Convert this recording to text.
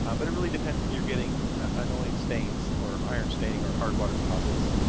um but it really depends if you're getting annoying stains or iron staining or hard water deposits.